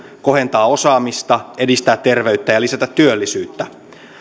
kohentaa osaamista edistää terveyttä ja lisätä työllisyyttä